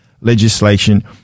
legislation